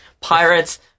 Pirates